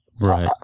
Right